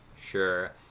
Sure